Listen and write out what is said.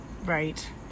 Right